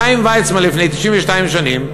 חיים ויצמן לפני 92 שנים,